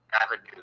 avenue